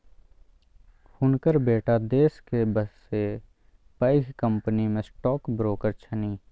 हुनकर बेटा देशक बसे पैघ कंपनीमे स्टॉक ब्रोकर छनि